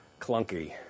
clunky